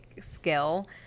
skill